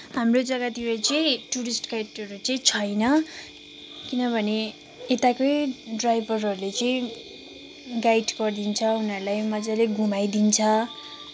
हाम्रो जग्गातिर चै टुरिस्ट गाइडहरू चाहिँ छैन किनभने यताकै ड्राइभरहरूले चाहिँ गाइड गरिदिन्छ उनीहरूलाई मजाले घुमाइदिन्छ